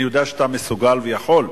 אני יודע שאתה מסוגל ויכול,